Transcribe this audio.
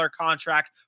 contract